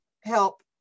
help